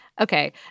Okay